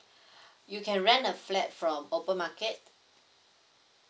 you can rent a flat from open market